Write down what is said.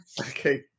Okay